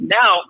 now